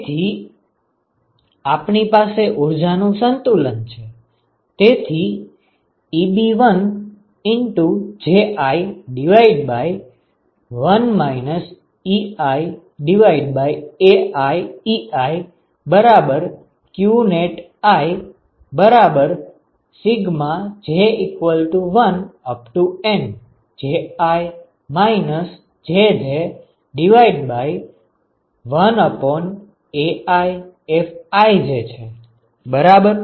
તેથી આપણી પાસે ઉર્જા નું સંતુલન છે તેથી EbiJi1 iAiiqnetiJ1NJi Jj1AiFij છે બરાબર